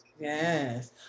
Yes